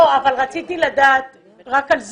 לא, אבל רציתי לדעת רק על זה.